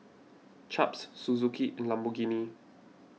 Chaps Suzuki and Lamborghini